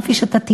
כפי שאתה תיארת,